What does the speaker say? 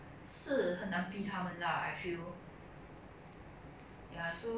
awkward and tiring lah even though it's like a short two three four hours